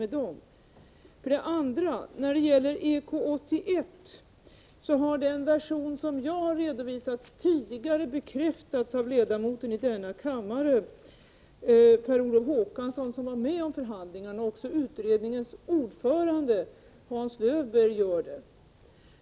Sedan vill jag när det gäller EK 81 framhålla att den version som jag har redovisat tidigare har bekräftats av den ledamot av denna kammare, nämligen av Per Olof Håkansson, som var med om förhandlingarna och även av utredningens ordförande Hans Löwbeer.